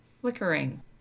flickering